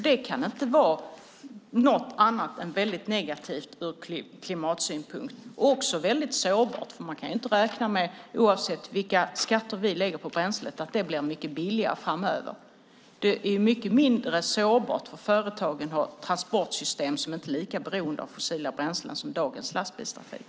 Det kan inte vara något annat än negativt ur klimatsynpunkt. Det är också sårbart, för oavsett vilka skatter vi lägger på bränslet kan man inte räkna med att det blir mycket billigare framöver. Det är också mycket mindre sårbart för företagen att ha transportsystem som inte är lika beroende av fossila bränslen som dagens lastbilstrafik.